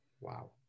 wow